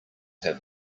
have